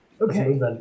Okay